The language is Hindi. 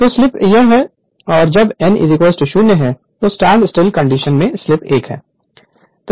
तो स्लिप यह एक है और जब n 0 है कि स्टैंडस्टील कंडीशन में स्लिप 1 है